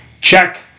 check